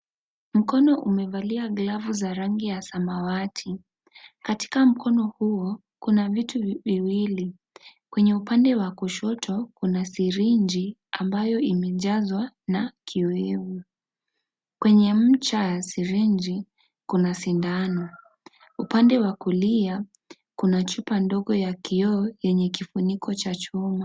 Mkono umevalia glavu za rangi ya samawati, katika mkono huo kuna vitu viwili kwenye upande wa kushoto kuna sirinji ambayo imejazwa na kiowevu kwenye ncha ya syringi kuna sindano, upande wa kulia kuna chupa ndogo ya kioo yenye kifuniko cha chuma.